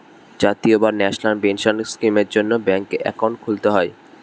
জাতীয় বা national pension স্কিমের জন্যে ব্যাঙ্কে অ্যাকাউন্ট খুলতে হয়